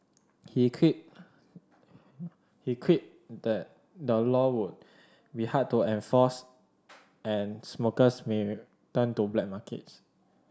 he quipped he quipped the law would be hard to enforce and smokers may turn to black markets